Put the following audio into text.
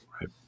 right